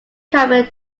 common